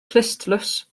clustdlws